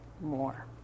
more